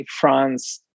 France